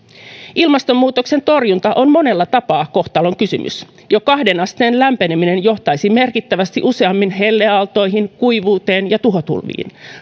ilmastonmuutoksen torjunta on monella tapaa kohtalonkysymys jo kahteen asteen lämpeneminen johtaisi merkittävästi useammin helleaaltoihin kuivuuteen ja tuhotulviin